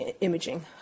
imaging